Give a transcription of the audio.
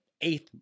eighth